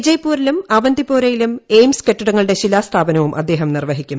വിജയ്പൂരിലും അവന്തിപോര യിലും എയിംസ് കെട്ടിടങ്ങളുടെ ശിലാസ്ഥാപനവും അദ്ദേഹം നിർവഹി ക്കും